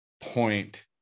point